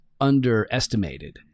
underestimated